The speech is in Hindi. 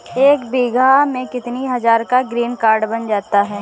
एक बीघा में कितनी हज़ार का ग्रीनकार्ड बन जाता है?